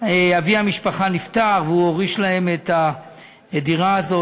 אבי המשפחה נפטר, והוא הוריש להם את הדירה הזאת.